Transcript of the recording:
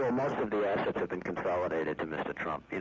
ah most of the assets have been consolidated to mr. trump,